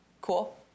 cool